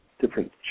different